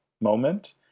moment